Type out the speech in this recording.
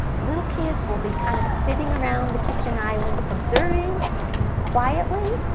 little kids will be kind of sitting around the kitchen island observing quietly.